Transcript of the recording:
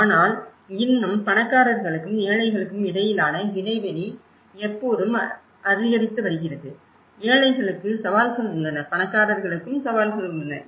ஆனால் இன்னும் பணக்காரர்களுக்கும் ஏழைகளுக்கும் இடையிலான இடைவெளி எப்போதும் அதிகரித்து வருகிறது ஏழைகளுக்கு சவால்கள் உள்ளன பணக்காரர்களுக்கும் சவால்கள் உள்ளன